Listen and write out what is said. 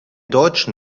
deutschen